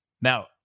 Now